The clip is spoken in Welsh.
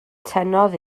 tynnodd